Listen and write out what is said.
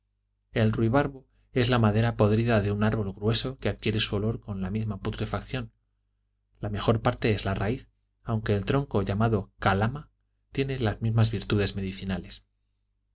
el ruibarbo es la madera podrida de un árbol grueso que adquiere su olor con su misma putrefacción la mejor parte es la raíz aunque el tronco llamado calama tiene las mismas virtudes medicinales